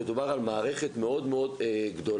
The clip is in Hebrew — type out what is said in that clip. מדובר על מערכת מאוד מאוד גדולה,